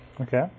Okay